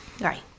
right